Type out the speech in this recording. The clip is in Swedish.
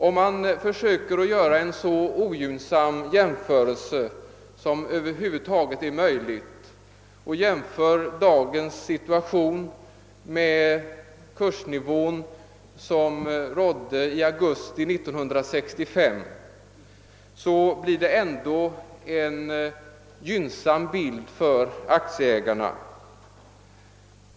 Om man försöker göra en så ogynnsam jämförelse som över huvud taget är möjlig och jämför dagens kursnivå med den som rådde i augusti 1965, så blir det ändå en gynnsam bild för aktieägarna.